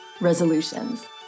resolutions